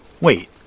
Wait